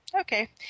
Okay